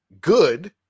good